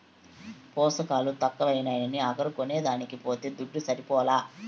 పోసకాలు తక్కువైనాయని అగరు కొనేదానికి పోతే దుడ్డు సరిపోలా